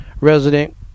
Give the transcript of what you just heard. resident